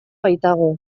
baitago